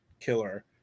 Killer